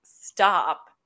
stop